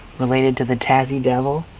related to the tassiedevil